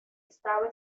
estaba